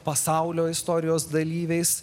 pasaulio istorijos dalyviais